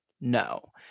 no